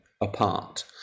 apart